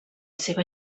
seva